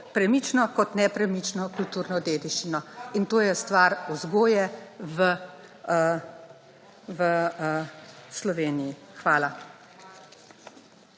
premično kot nepremično kulturno dediščino in to je stvar vzgoje v Sloveniji. Hvala.